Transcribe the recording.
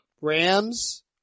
Rams